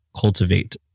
Cultivate